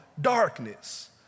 darkness